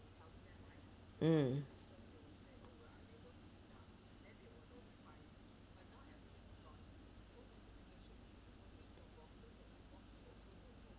mm